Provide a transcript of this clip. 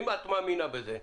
האם את מאמינה בזה?